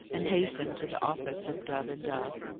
and hastened to the office of dove and dove.